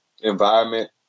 environment